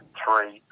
three